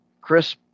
Chris